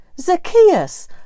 Zacchaeus